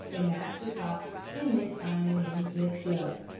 and master tot, and miss tiny, and miss fluff.